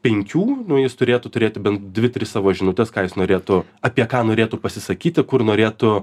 penkių nu jis turėtų turėti bent dvi tris savo žinutes ką jis norėtų apie ką norėtų pasisakyti kur norėtų